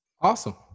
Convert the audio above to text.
Awesome